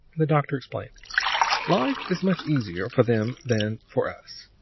the doctor explained life is much easier for them than for us.